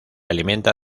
alimenta